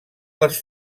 les